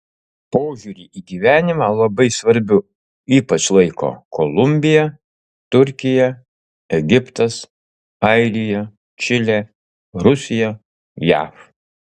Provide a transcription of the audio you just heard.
požiūrį į gyvenimą labai svarbiu ypač laiko kolumbija turkija egiptas airija čilė rusija jav